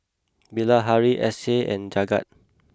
Bilahari Akshay and Jagat